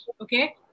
Okay